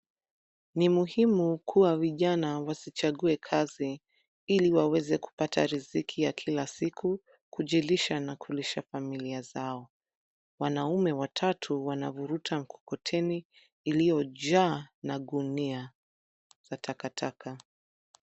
Ni muhimu kuwa vijana wasichague kazi ili waweze kupata riziki ya kila siku kujilisha na kulisha familia zao. Wanaume watatu wanavuruta mkokoteni iliyojaa na gunia za takataka.